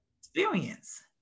experience